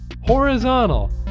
horizontal